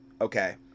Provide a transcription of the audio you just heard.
Okay